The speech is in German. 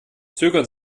zögern